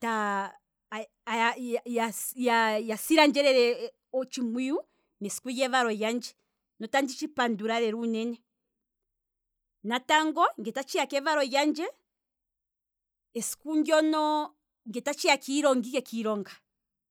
ya silandje lela otshimpwiyu mesiku lyevalo lyandje, notandi tshipandula lela uunene, natango nge tatshiya kevalo lyandje, esiku ndono nge tatshiya kiilonga